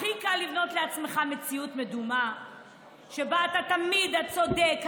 הכי קל לבנות לעצמך מציאות מדומה שבה אתה תמיד הצודק,